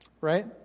Right